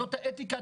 ועדות האתיקה,